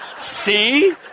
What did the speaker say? See